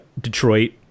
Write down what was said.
detroit